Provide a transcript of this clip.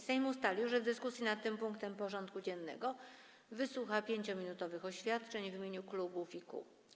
Sejm ustalił, że w dyskusji nad tym punktem porządku dziennego wysłucha 5-minutowych oświadczeń w imieniu klubów i kół.